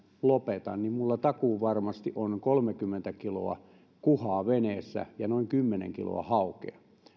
lopetan niin minulla takuuvarmasti on kolmekymmentä kiloa kuhaa veneessä ja noin kymmenen kiloa haukea